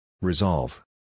Resolve